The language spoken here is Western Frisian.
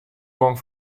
gong